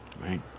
right